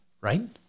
Right